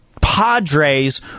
Padres